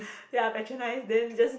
ya patronize then just